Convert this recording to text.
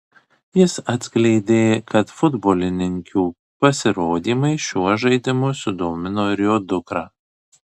jis atskleidė kad futbolininkių pasirodymai šiuo žaidimu sudomino ir jo dukrą